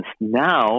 now